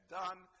done